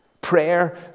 Prayer